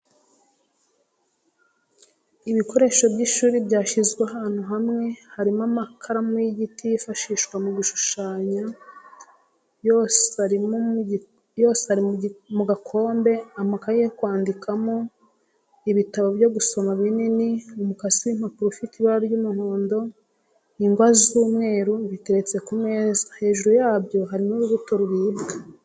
Ibikoresho by'ishuri byashyizwe ahantu hamwe harimo amakaramu y'igiti yifashishwa mu gushushanya yose ari mu gakombe, amakaye yo kwandikamo, ibitabo byo gusoma binini, umukasi w'impapuro ufite ibara ry'umuhondo, ingwa z'umweru, biteretse ku meza, hejuru yabyo hari n'urubuto ruribwa.